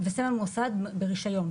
וסמל מוסד ברישיון.